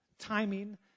Timing